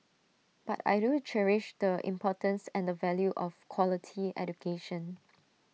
but I do cherish the importance and the value of quality education